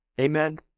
amen